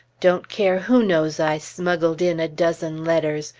don't care who knows i smuggled in a dozen letters!